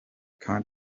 kind